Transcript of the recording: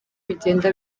bigenda